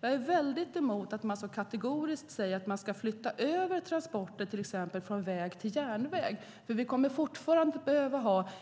Jag är emot att kategoriskt säga att man ska flytta över transporter från till exempel väg till järnväg.